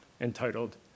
entitled